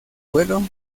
vuelo